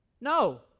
No